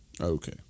Okay